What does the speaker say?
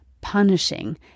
Punishing